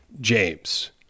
James